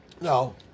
No